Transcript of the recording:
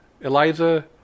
Eliza